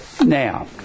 Now